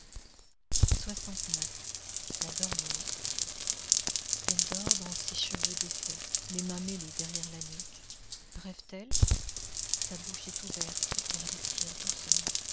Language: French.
la dormeuse elle dort dans ses cheveux défaits les mains mêlées derrière la nuque rêve t elle sa bouche est ouverte elle respire doucement